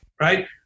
right